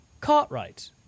Cartwright